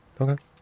okay